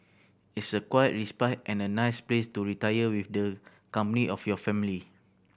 it's a quiet respite and a nice place to retire with the company of your family